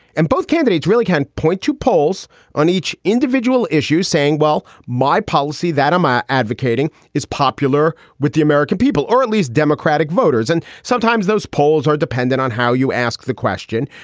and both candidates really can point to polls on each individual issue saying, well, my policy that ama advocating is popular with the american people or at least democratic voters. and sometimes those polls are dependent on how you ask the question.